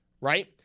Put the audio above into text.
right